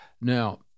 Now